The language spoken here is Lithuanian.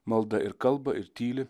malda ir kalba ir tyli